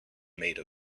made